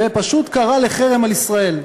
ופשוט קרא לחרם על ישראל.